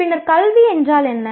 பின்னர் கல்வி என்றால் என்ன